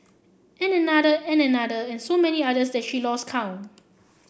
and another and another and so many others that she lost count